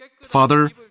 Father